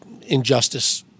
injustice